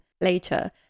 later